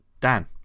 Dan